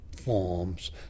forms